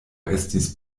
estis